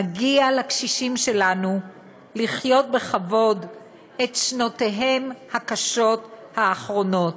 מגיע לקשישים שלנו לחיות בכבוד את שנותיהם הקשות האחרונות.